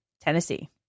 Tennessee